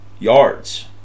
Yards